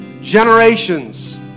generations